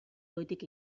goitik